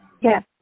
Yes